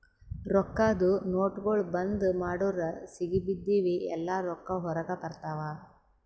ರೊಕ್ಕಾದು ನೋಟ್ಗೊಳ್ ಬಂದ್ ಮಾಡುರ್ ಸಿಗಿಬಿದ್ದಿವ್ ಎಲ್ಲಾ ರೊಕ್ಕಾ ಹೊರಗ ಬರ್ತಾವ್